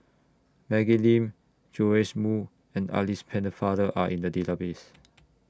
Maggie Lim Joash Moo and Alice Pennefather Are in The Database